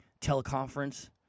teleconference